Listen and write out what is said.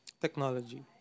technology